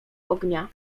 ognia